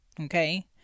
okay